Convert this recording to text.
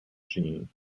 gene